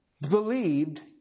believed